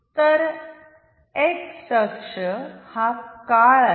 तरएक्स अक्ष हा काळ आहे